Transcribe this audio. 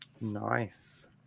nice